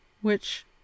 which